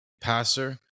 passer